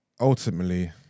ultimately